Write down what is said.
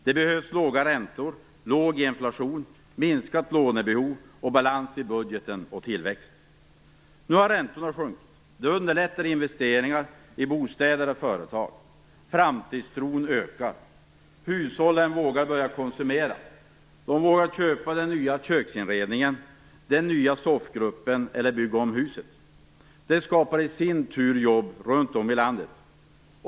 Det behövs låga räntor, låg inflation, minskat lånebehov, balans i budgeten och tillväxt. Nu har räntorna sjunkit. Det underlättar investeringar i bostäder och företag. Framtidstron ökar. Hushållen vågar börja konsumera. De vågar köpa den nya köksinredningen, den nya soffgruppen eller bygga om huset. Det skapar i sin tur jobb runt om i landet.